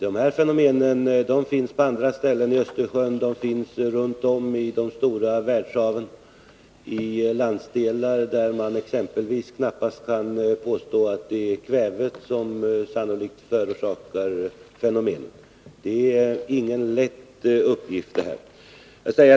De berörda fenomenen finns på andra ställen: i Östersjön, runt om i de stora världshaven och exempelvis i landsdelar där man knappast kan påstå att det är kvävet som sannolikt förorsakar förändringarna. Det är ingen lätt uppgift att lösa de här problemen!